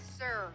sir